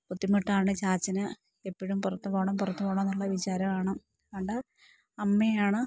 ബുദ്ധിമുട്ടാണ് ചാച്ചന് എപ്പഴും പുറത്ത് പോകണം പുറത്ത് പോകണം എന്നുള്ള വിചാരവാണ് അതുകൊണ്ട് അമ്മയാണ്